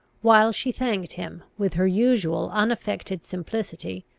while she thanked him, with her usual unaffected simplicity,